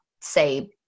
say